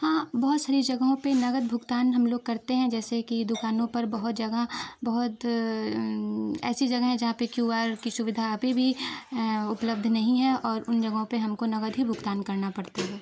हाँ बहुत सारी जगहों पर नग़द भुगतान हम लोग करते हैं जैसे कि दुकानों पर बहुत जगह बहुत ऐसी जगह हैं जहाँ पर क्यू आर की सुविधा अभी भी उपलब्ध नहीं है और उन जगहों पर हमको नग़द ही भुगतान करना पड़ता है